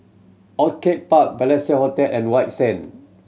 Orchid Park Balestier Hotel and White Sand